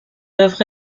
d’œuvres